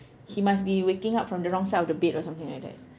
he must be waking up from the wrong side of the bed or something like that